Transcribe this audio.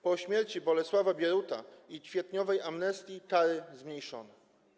Po śmierci Bolesława Bieruta i kwietniowej amnestii kary zmniejszono.